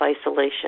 isolation